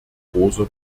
großer